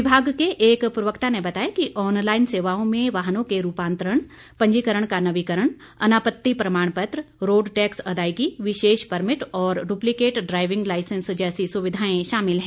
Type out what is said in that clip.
विभाग के एक प्रवक्ता ने बताया कि ऑनलाइन सेवाओं में वाहनों के रूपांतरण पंजीकरण का नवीकरण अनापत्ति प्रमाण पत्र रोड़ टैक्स अदायगी विशेष परमिट और डुप्लिकेट ड्राईविंग लाईसेंस जैसी सुविधाएं शामिल हैं